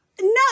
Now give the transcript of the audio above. No